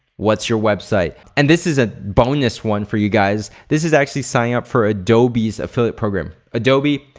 what's your website? and this is a bonus one for you guys. this is actually signing up for adobe's affiliate program. adobe,